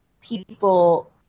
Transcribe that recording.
people